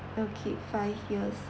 okay five years